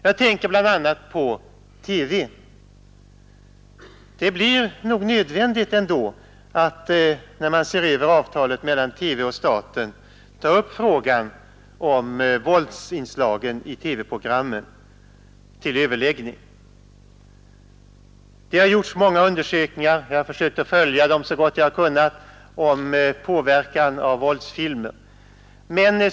Jag tänker bl.a. på TV. Det blir nog ändå nödvändigt att man, när man ser över avtalet mellan TV och staten, tar upp frågan om våldsinslagen i TV-programmen till överläggning. Det har gjorts många undersökningar — jag har försökt att följa dem så gott jag har kunnat — om påverkan av våldsfilmer.